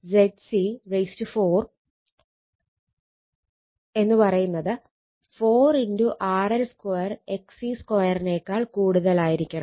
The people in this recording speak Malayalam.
അതിനാൽ ZC4 4RL2XC2 ആയിരിക്കണം